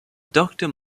doctor